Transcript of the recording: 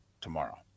tomorrow